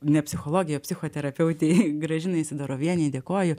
ne psichologei o psichoterapeutei gražinai sidorovienei dėkoju